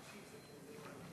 7816, 7853